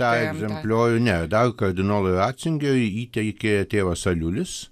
tą egzempliorių ne dar kardinolui ratzingeriui įteikė tėvas aliulis